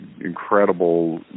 incredible